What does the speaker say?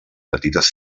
petites